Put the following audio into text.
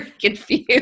confused